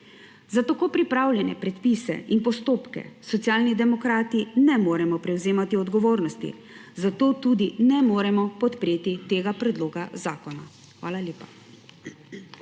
Za tako pripravljene predpise in postopke Socialni demokrati ne moremo prevzemati odgovornosti, zato tudi ne moremo podpreti tega predloga zakona. Hvala lepa.